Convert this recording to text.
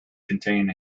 contain